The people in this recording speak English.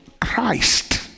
Christ